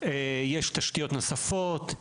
יש תשתיות נוספות,